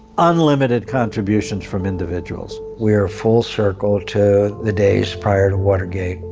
unlimited contributions from individuals. we are full circle to the days prior to watergate.